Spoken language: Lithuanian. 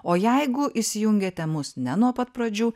o jeigu įsijungėte mus ne nuo pat pradžių